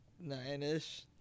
nine-ish